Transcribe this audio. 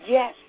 Yes